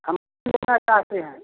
हम चाहते हैं